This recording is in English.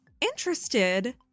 interested